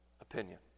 opinion